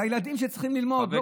בילדים שצריכים ללמוד.